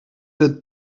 had